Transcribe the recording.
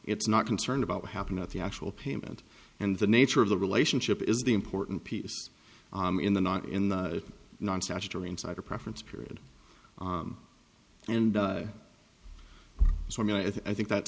it's not concerned about what happened at the actual payment and the nature of the relationship is the important piece in the not in the non statutory insider preference period and so i mean i think that